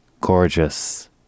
gorgeous